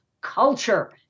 culture